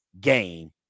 game